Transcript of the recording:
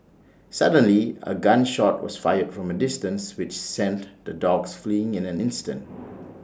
suddenly A gun shot was fired from A distance which sent the dogs fleeing in an instant